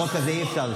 בחוק הזה אי-אפשר.